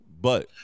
but-